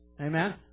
Amen